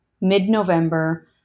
mid-November